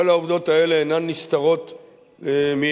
כל העובדות האלה אינן נסתרות מעינינו,